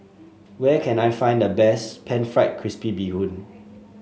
where can I find the best pan fried crispy Bee Hoon